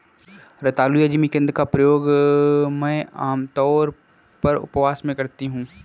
रतालू या जिमीकंद का प्रयोग मैं आमतौर पर उपवास में करती हूँ